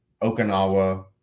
okinawa